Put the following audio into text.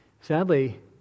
Sadly